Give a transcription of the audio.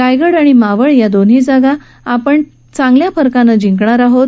रायगड आणि मावळ या दोन्ही जागा आम्ही चांगल्या फरकानं जिंकणार आहोत